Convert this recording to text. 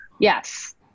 Yes